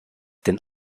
den